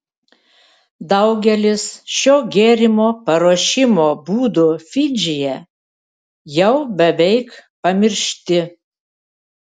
daugelis šio gėrimo paruošimo būdų fidžyje jau beveik pamiršti